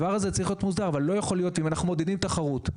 אם אנחנו מעודדים תחרות,